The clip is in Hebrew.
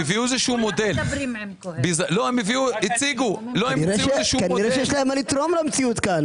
הם הציגו איזה שהוא מודל --- כנראה שיש להם מה לתרום למציאות כאן,